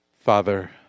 Father